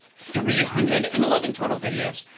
three hundred and eleven total videos,